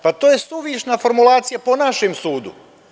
Pa to je suvišna formulacija po našem sudu.